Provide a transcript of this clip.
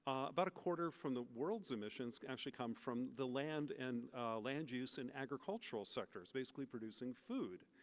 um about a quarter from the worlds emissions actually come from the land and land use in agricultural sectors basically producing food.